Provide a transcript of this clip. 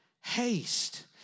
haste